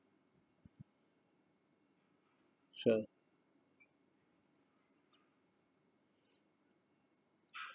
sure